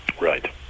Right